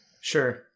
Sure